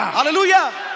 Hallelujah